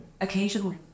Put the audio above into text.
Occasionally